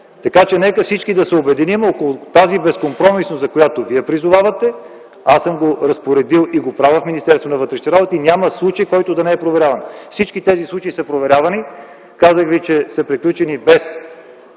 така че нека всички да се обединим около тази безкомпромисност, за която вие призовавате. Аз съм го разпоредил и го правя в Министерството на вътрешните работи – няма случай, който да не е проверяван. Всички тези случаи са проверявани. Казах ви, че са приключени без